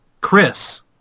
Chris